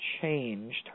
changed